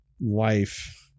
Life